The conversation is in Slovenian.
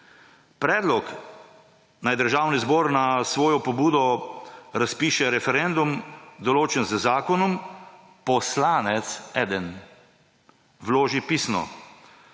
»Predlog, naj Državni zbor na svojo pobudo razpiše referendum, določen z zakonom, poslanec vloži pisno.